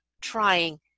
trying